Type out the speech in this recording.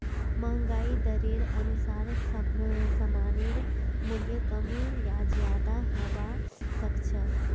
महंगाई दरेर अनुसार सामानेर मूल्य कम या ज्यादा हबा सख छ